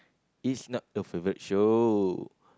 is not the favourite show